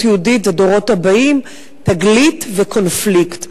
יהודית לדורות הבאים: "תגלית" וקונפליקט.